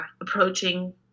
approaching